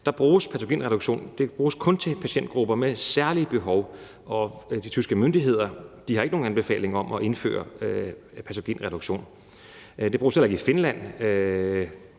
bruges patogenreduktion f.eks. kun til patientgrupper med særlige behov, og de tyske myndigheder har ikke nogen anbefaling om at indføre patogenreduktion. Det bruges heller ikke i Finland,